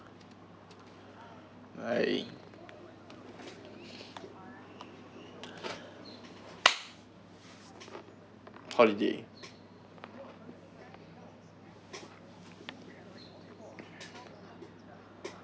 bye holiday